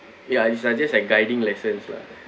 ya you suggest like guiding lessons lah